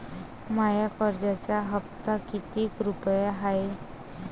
माया कर्जाचा हप्ता कितीक रुपये हाय?